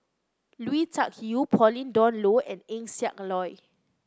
Lui Tuck Yew Pauline Dawn Loh and Eng Siak Loy